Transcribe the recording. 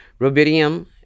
rubidium